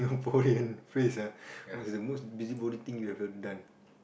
Singaporean phrase ah what's the most busybody thing you ever done